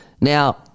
Now